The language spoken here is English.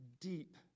deep